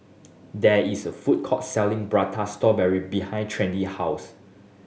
there is a food court selling Prata Strawberry behind Trendy house